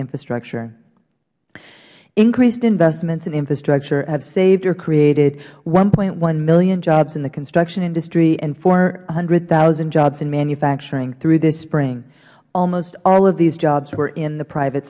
infrastructure increased investments in infrastructure have saved or created one point one million jobs in the construction industry and four hundred zero jobs in manufacturing through this spring almost all of these jobs were in the private